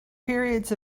periods